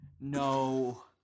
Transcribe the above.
no